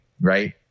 right